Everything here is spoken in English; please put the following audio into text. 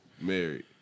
married